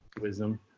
Wisdom